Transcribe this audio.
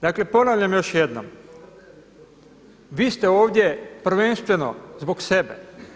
Dakle ponavljam još jednom, vi ste ovdje prvenstveno zbog sebe.